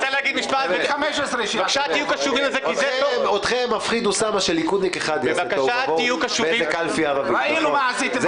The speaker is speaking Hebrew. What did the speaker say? אפילו 15. אתכם מפחיד שליכודניק אחד יעשה תוהו ובוהו באיזו קלפי ערבית.